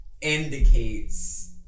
indicates